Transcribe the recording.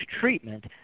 treatment